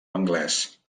anglés